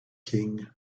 king